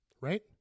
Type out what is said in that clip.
right